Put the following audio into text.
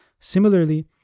Similarly